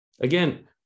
again